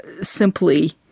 simply